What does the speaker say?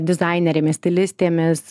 dizainerėmis stilistėmis